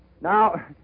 Now